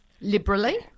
Liberally